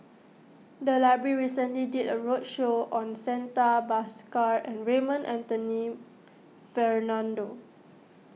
the library recently did a roadshow on Santha Bhaskar and Raymond Anthony Fernando